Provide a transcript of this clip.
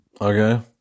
Okay